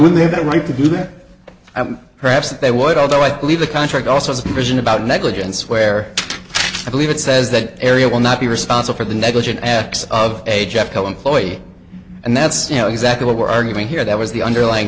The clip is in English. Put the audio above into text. when they have the right to do that perhaps they would although i believe the contract also has a vision about negligence where i believe it says that area will not be responsive for the negligent acts of a jeffco employee and that's you know exactly what we're arguing here that was the underlying